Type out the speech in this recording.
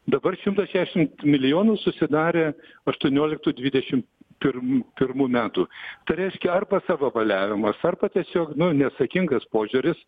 dabar šimtas šešim milijonų susidarė aštuonioliktų dvidešim pirmų pirmų metų tai reiškia arba savavaliavimas arba tiesiog nu neatsakingas požiūris